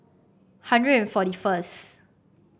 hundred and forty first